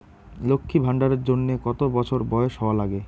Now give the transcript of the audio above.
লক্ষী ভান্ডার এর জন্যে কতো বছর বয়স হওয়া লাগে?